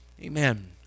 Amen